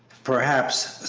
perhaps,